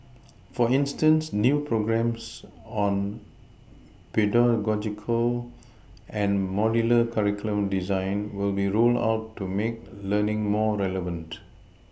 for instance new programmes on pedagogical and modular curriculum design will be rolled out to make learning more relevant